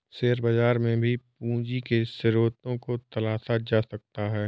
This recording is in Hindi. शेयर बाजार में भी पूंजी के स्रोत को तलाशा जा सकता है